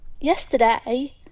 yesterday